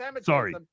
Sorry